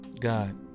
God